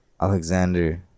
alexander